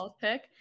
pick